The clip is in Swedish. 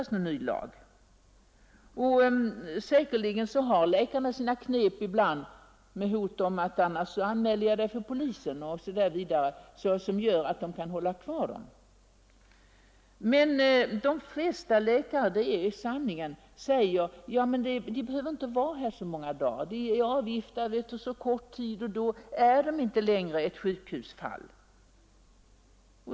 Säkerligen har läkarna sina knep med hot om polisanmälan osv. och kan därigenom hålla patienterna kvar. Men de flesta läkarna säger — det är sanningen — att patienterna behöver inte vara här så många dagar; de är avgiftade efter en kort tid och då är de inte längre sjukhusfall.